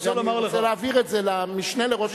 אני רוצה להבהיר את זה למשנה לראש הממשלה.